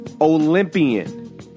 Olympian